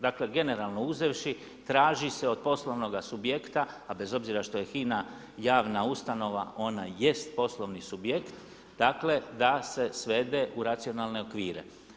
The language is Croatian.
Dakle, generalno uzevši, traži se od poslovnoga subjekta, a bez obzira što je HINA javna ustanova, ona jest poslovni subjekt, dakle, da se svede u racionalne okvire.